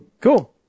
Cool